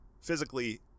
physically